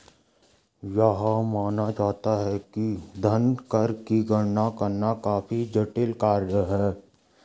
यह माना जाता है कि धन कर की गणना करना काफी जटिल कार्य है